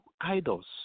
idols